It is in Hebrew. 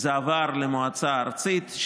זה עבר למועצה הארצית,